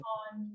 on